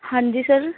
ਹਾਂਜੀ ਸਰ